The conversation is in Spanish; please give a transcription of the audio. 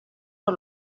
por